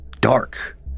dark